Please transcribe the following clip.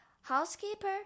housekeeper